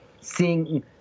seeing